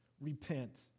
repent